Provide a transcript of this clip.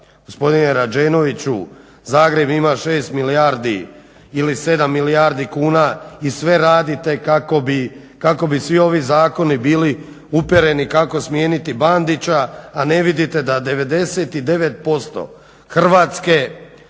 gospodine Rađenoviću Zagreb ima 6 milijardi ili 7 milijardi kuna i sve radite kako bi svi ovi zakoni bili upereni kako smijeniti Bandića, a ne vidite da 99% Hrvatske